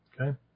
Okay